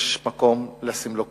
יש מקום לשים לו קץ.